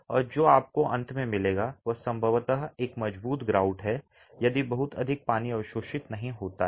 और जो आपको अंत में मिलेगा वह संभवतः एक मजबूत ग्राउट है यदि बहुत अधिक पानी अवशोषित नहीं होता है